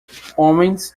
homens